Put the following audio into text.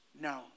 No